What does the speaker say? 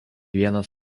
vienas